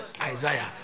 Isaiah